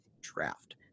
draft